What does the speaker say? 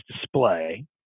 display